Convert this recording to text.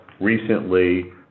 Recently